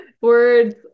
words